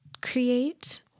create